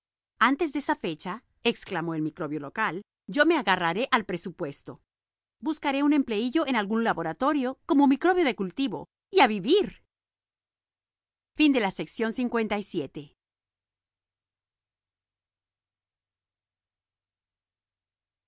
antes de esa fecha exclamó el microbio local yo me agarraré al presupuesto buscaré un empleíllo en algún laboratorio como microbio de cultivo y a vivir